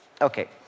Okay